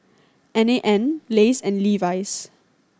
N A N Lays and Levi's